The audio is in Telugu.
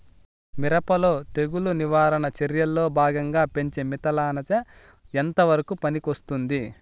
మిరప లో తెగులు నివారణ చర్యల్లో భాగంగా పెంచే మిథలానచ ఎంతవరకు పనికొస్తుంది?